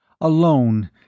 Alone